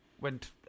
went